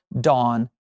dawn